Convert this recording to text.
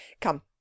Come